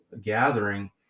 gathering